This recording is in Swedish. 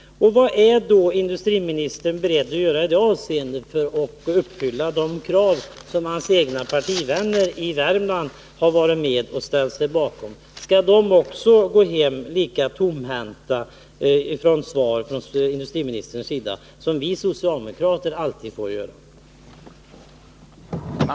Vad är då industriministern beredd att göra i dag i det avseendet för att uppfylla de krav som hans egna partivänner i Värmland har varit med om och ställt sig bakom? Skall de gå hem lika tomhänta på svar från industriministern som vi socialdemokrater alltid får göra?